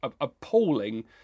appalling